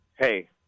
hey